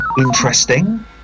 Interesting